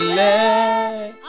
let